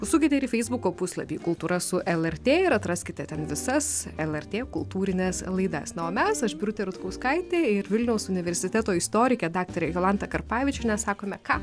užsukite ir į feisbuko puslapį kultūra su lrt ir atraskite ten visas lrt kultūrines laidas na o mes aš birutė rutkauskaitė ir vilniaus universiteto istorikė daktarė jolanta karpavičienė sakome ką